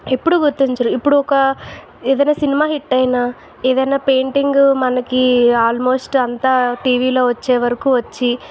ఎప్పుడు గుర్తించరు ఇప్పుడు ఒక ఎదైనా సినిమా హిట్టైనా ఎదైనా పెయిటింగు మనకి ఆల్మోస్టు అంతా టీవీలో వచ్చేవరకు వచ్చి